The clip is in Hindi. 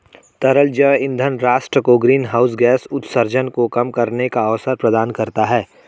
तरल जैव ईंधन राष्ट्र को ग्रीनहाउस गैस उत्सर्जन को कम करने का अवसर प्रदान करता है